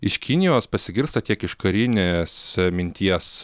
iš kinijos pasigirsta tiek iš karinės minties